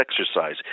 exercise